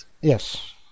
Yes